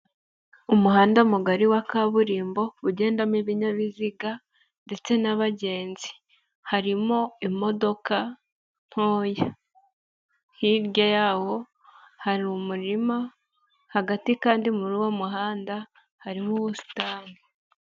Umuhanda mugari wa kaburimbo ugendamo ibinyabiziga ndetse n'abagenzi, harimo imodoka ntoya. Hirya yawo hari umurima, hagati kandi muri uwo muhanda harimo ubusitani.